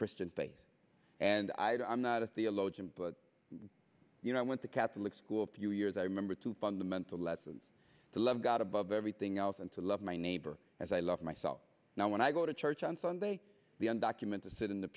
christian faith and i don't i'm not a theologian but you know i went to catholic school a few years i remember two fundamental lessons to love god above everything else and to love my neighbor as i love myself now when i go to church on sunday the undocumented sit in the